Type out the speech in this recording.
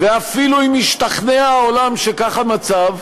ואפילו אם ישתכנע העולם שזה המצב?